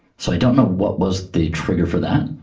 so i don't know what was the trigger for that,